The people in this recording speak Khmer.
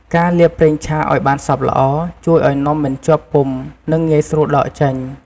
ការលាបប្រេងឆាឱ្យបានសព្វល្អ ជួយឱ្យនំមិនជាប់ពុម្ព និងងាយស្រួលដកចេញ។